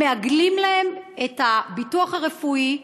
מעגלים להם את הביטוח הרפואי,